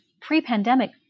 pre-pandemic